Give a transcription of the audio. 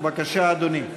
בבקשה, אדוני.